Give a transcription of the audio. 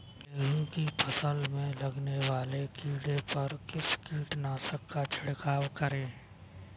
गेहूँ की फसल में लगने वाले कीड़े पर किस कीटनाशक का छिड़काव करें?